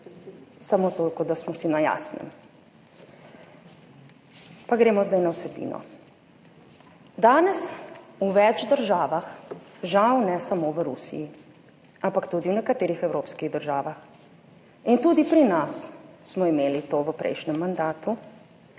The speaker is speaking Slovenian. samo toliko, da smo si na jasnem. Pa gremo zdaj na vsebino. Danes v več državah, žal ne samo v Rusiji, ampak tudi v nekaterih evropskih državah in tudi pri nas smo imeli to v prejšnjem mandatu,